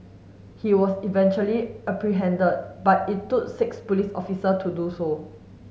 he was eventually apprehended but it took six police officer to do so